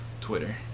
Twitter